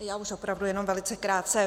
Já už opravdu jenom velice krátce.